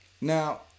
Now